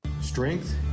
Strength